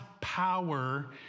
power